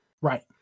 Right